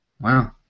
Wow